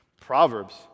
Proverbs